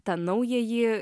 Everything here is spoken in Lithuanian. tą naująjį